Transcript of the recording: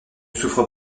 souffres